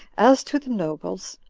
as to the nobles,